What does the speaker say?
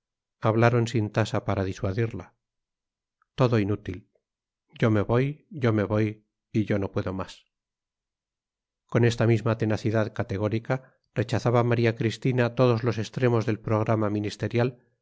hablaron sin tasa para disuadirla todo inútil yo me voy yo me voy y yo no puedo más con esta misma tenacidad categórica rechazaba maría cristina todos los extremos del programa ministerial